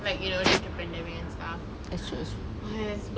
like you know due to pandemic and stuff !hais!